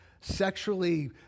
sexually